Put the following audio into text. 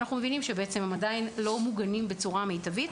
אנחנו מבינים שהם עדיין לא מוגנים בצורה מיטבית